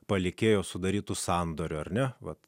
palikėjo sudarytų sandorių ar ne vat